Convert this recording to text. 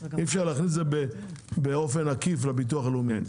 אי אפשר להכניס את זה באופן עקיף לביטוח הלאומי.